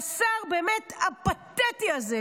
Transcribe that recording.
והשר הבאמת פתטי הזה,